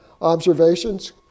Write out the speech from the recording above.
observations